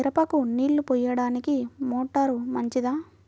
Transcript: మిరపకు నీళ్ళు పోయడానికి మోటారు మంచిదా?